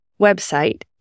website